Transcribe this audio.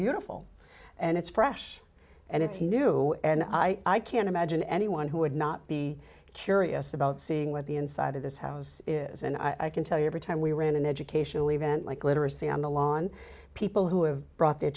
beautiful and it's fresh and it's new and i can't imagine anyone who would not be curious about seeing what the inside of this house is and i can tell you every time we ran an educational event like literacy on the lawn people who have brought their